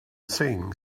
thing